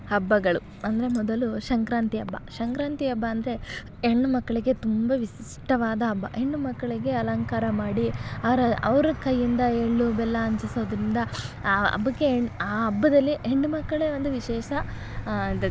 ಹಬ್ಬಗಳು ಅಂದರೆ ಮೊದಲು ಸಂಕ್ರಾಂತಿ ಹಬ್ಬ ಸಂಕ್ರಾಂತಿ ಹಬ್ಬ ಅಂದರೆ ಹೆಣ್ಣು ಮಕ್ಕಳಿಗೆ ತುಂಬ ವಿಶಿಷ್ಟವಾದ ಹಬ್ಬ ಹೆಣ್ಣು ಮಕ್ಕಳಿಗೆ ಅಲಂಕಾರ ಮಾಡಿ ಅವ್ರ ಅವರ ಕೈಯ್ಯಿಂದ ಎಳ್ಳು ಬೆಲ್ಲ ಹಂಚಿಸೋದರಿಂದ ಆ ಹಬ್ಬಕ್ಕೆ ಆ ಹಬ್ಬದಲ್ಲಿ ಹೆಣ್ಣು ಮಕ್ಕಳೇ ಒಂದು ವಿಶೇಷ ದ್